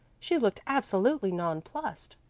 she looked absolutely nonplussed.